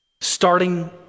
starting